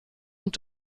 und